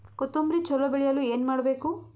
ಕೊತೊಂಬ್ರಿ ಚಲೋ ಬೆಳೆಯಲು ಏನ್ ಮಾಡ್ಬೇಕು?